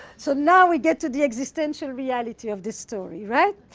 so now we get to the existential reality of the story, right?